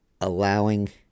allowing